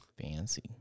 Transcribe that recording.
fancy